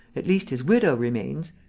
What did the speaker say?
at least his widow remains.